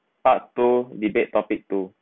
part two debate topic two